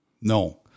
No